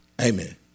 Amen